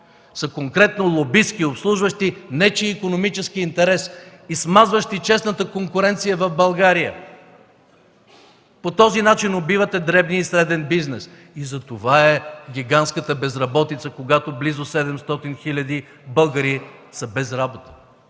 са конкретно лобистки, обслужващи нечии икономически интереси и смазващи честната конкуренция в България. По този начин убивате дребния и среден бизнес. Затова е гигантската безработица. Близо 700 хиляди българи са без работа,